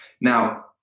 Now